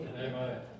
Amen